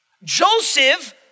Joseph